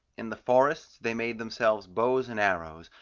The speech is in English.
in the forests they made themselves bows and arrows,